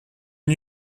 n’y